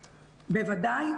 בוודאי.